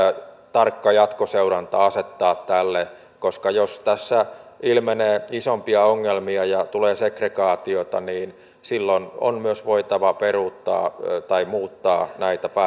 tarkka jatkoseuranta asettaa tälle koska jos tässä ilmenee isompia ongelmia ja tulee segregaatiota niin silloin on myös voitava peruuttaa tai muuttaa näitä